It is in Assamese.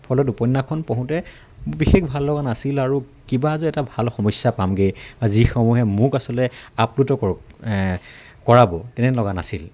ফলত উপন্যাসখন পঢ়োঁতে বিশেষ ভাল লগা নাছিল আৰু কিবা যে এটা ভাল সমস্যা পামগৈ যিসমূহে মোক আচলতে আপ্লুত কৰক কৰাব তেনে লগা নাছিল